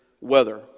weather